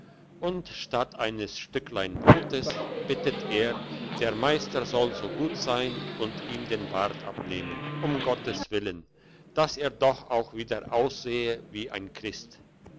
und statt eines stücklein brotes bittet er der meister soll so gut sein und ihm den bart abnehmen um gottes willen dass er doch auch wieder aussehe wie ein christ